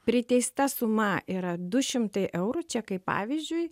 priteista suma yra du šimtai eurų čia kaip pavyzdžiui